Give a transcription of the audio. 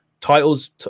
Titles